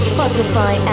Spotify